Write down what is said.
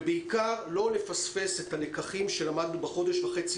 ובעיקר לא לפספס את הלקחים שלמדנו בחודש וחצי